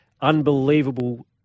unbelievable